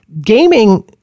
gaming